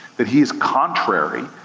that he is contrary.